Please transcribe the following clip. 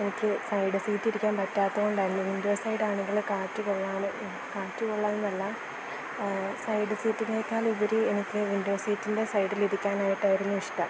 എനിക്ക് സൈഡ് സീറ്റിലിരിക്കാൻ പറ്റാത്തത് കൊണ്ടല്ല വിൻഡോ സൈഡാണെങ്കിൽ കാറ്റ് കൊള്ളാൻ കാറ്റ് കൊള്ളാനെന്നല്ല സൈഡ് സീറ്റിനെക്കാളുപരി എനിക്ക് വിൻഡോ സീറ്റിൻ്റെ സൈഡിലിരിക്കാനായിട്ടായിരുന്നു ഇഷ്ടം